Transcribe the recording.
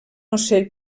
ocell